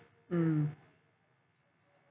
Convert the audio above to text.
mm